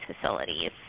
facilities